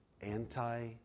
anti